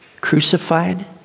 crucified